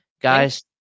Guys